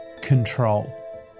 Control